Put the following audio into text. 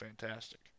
fantastic